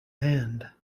hand